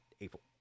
april